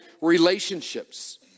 relationships